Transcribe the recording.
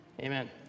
Amen